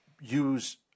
use